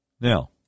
Now